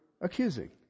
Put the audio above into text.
accusing